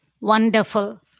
Wonderful